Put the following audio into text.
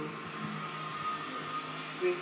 with